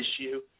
issue